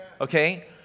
Okay